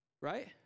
right